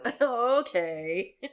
okay